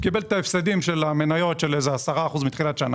הוא יקבל את ההפסדים של המניות של 10% מתחילת השנה